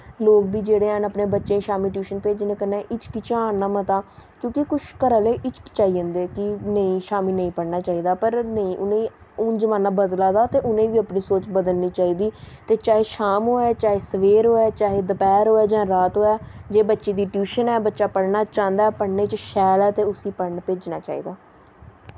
लोग बी जेह्ड़े हैन अपनें बच्चें ई शामीं ट्यूशन पढ़न भेजने कन्नै हिचकिचान ना मता क्योंकि कुछ घर आह्ले हिचकिचाई जंदे कि नेंई शामीं नेंई पढ़ना चाहिदा पर नेंई उ'नें ई हून जमान्ना बदला दा ते उ'नें ई बी अपनी सोच बदलनी चाहिदी ते चाहे शाम होऐ चाहे सबैह्र होऐ चाहे दपैह्र होऐ जां रात होऐ जे बच्चे दी ट्यूशन ऐ बच्चा पढ़ना चाहंदा ऐ पढ़ने च शैल ऐ ते उसी पढ़न भेजना चाहिदा